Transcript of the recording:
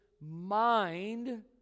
mind